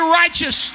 righteous